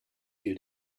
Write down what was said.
few